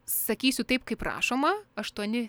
sakysiu taip kaip rašoma aštuoni